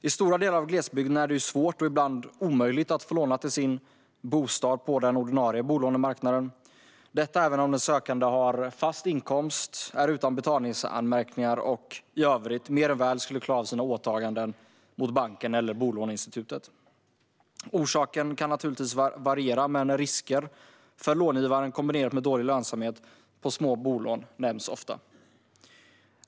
I stora delar av glesbygden är det svårt, ibland omöjligt, att få låna till sin bostad på den ordinarie bolånemarknaden. Det kan vara svårt även om den sökande har fast inkomst, är utan betalningsanmärkningar och i övrigt mer än väl skulle klara av sina åtaganden mot banken eller bolåneinstitutet. Orsakerna kan naturligtvis variera, men risker för långivaren kombinerat med dålig lönsamhet på små bolån nämns ofta.